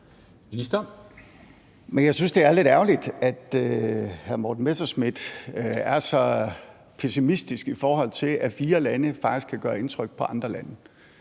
jeg synes, det er lidt ærgerligt, at hr. Morten Messerschmidt er så pessimistisk, i forhold til at fire lande faktisk kan gøre indtryk på andre lande.